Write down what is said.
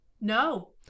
no